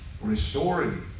restoring